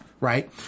Right